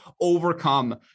overcome